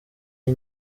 iyi